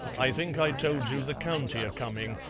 i think i told you the county are coming.